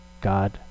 God